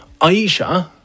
Aisha